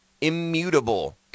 Immutable